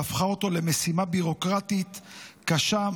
והפכה אותו למשימה ביורוקרטית קשה,